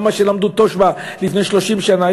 גם מה שלמדו לפני 30 שנה,